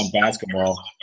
basketball